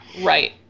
right